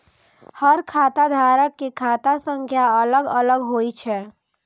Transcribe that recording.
हर खाता धारक के खाता संख्या अलग अलग होइ छै